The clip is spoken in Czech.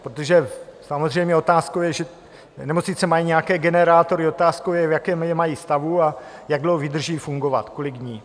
Protože samozřejmě otázkou je, že nemocnice mají nějaké generátory, otázkou je, v jakém je mají stavu a jak dlouho vydrží fungovat, kolik dní.